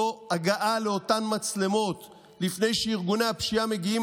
הגעה לאותן מצלמות לפני שארגוני הפשיעה מגיעים